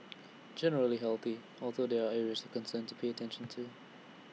generally healthy although there are areas concern to pay attention to